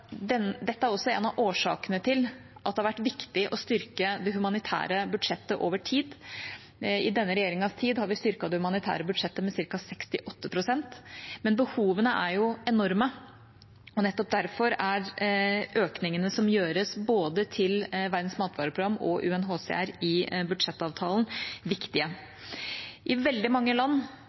dette også er en av årsakene til at det har vært viktig å styrke det humanitære budsjettet over tid. I denne regjeringas tid har vi styrket det humanitære budsjettet med ca. 68 pst. Men behovene er jo enorme. Nettopp derfor er økningene som gjøres, til både Verdens matvareprogram og UNHCR i budsjettavtalen, viktige. I veldig mange land